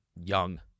young